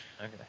Okay